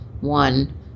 One